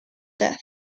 death